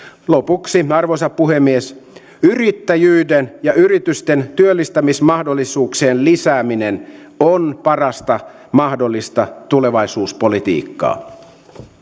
lopuksi arvoisa puhemies yrittäjyyden sekä yritysten työllistämismahdollisuuksien lisääminen on parasta mahdollista tulevaisuuspolitiikkaa